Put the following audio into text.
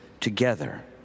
together